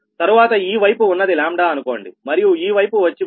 తరువాత ఈ వైపు ఉన్నది అనుకోండి మరియు ఈ వైపు వచ్చి మూడు